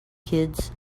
kids